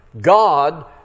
God